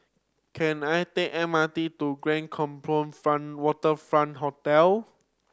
can I take M R T to Grand Waterfront Hotel